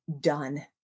done